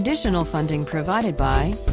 additional funding provided by